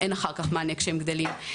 אין אחר כך מענה כשהם גדלים.